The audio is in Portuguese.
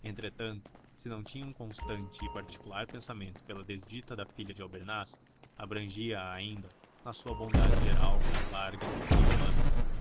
entretanto se não tinha um constante e particular pensamento pela desdita da filha de albernaz abrangia a ainda na sua bondade geral larga e humana